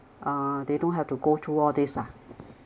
uh they don't have to go through all this ah